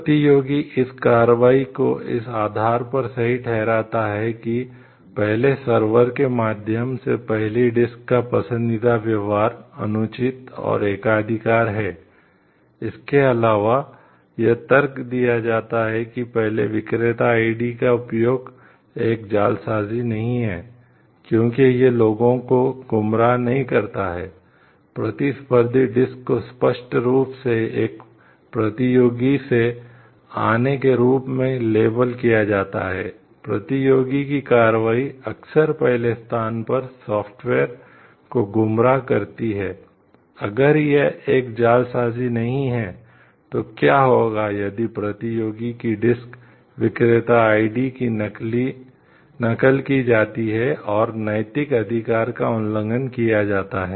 प्रतियोगी इस कार्रवाई को इस आधार पर सही ठहराता है कि पहले सर्वर की नकल की जाती है और नैतिक अधिकारों का उल्लंघन किया जाता है